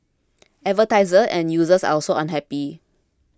advertisers and users are also unhappy